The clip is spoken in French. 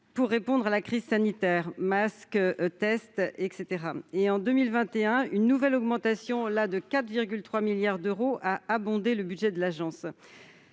pour répondre à la crise sanitaire- masques, tests, etc. En 2021, une nouvelle augmentation de 4,3 milliards d'euros a abondé le budget de l'Agence.